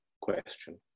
question